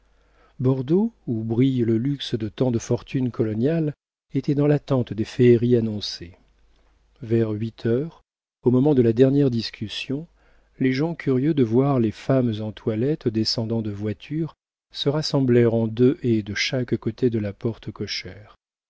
bordeaux où brille le luxe de tant de fortunes coloniales était dans l'attente des féeries annoncées vers huit heures au moment de la dernière discussion les gens curieux de voir les femmes en toilette descendant de voiture se rassemblèrent en deux haies de chaque côté de la porte cochère